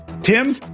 Tim